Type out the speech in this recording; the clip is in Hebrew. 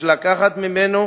יש לקחת ממנו